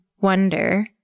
wonder